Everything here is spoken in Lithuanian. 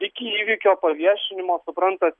iki įvykio paviešinimo suprantat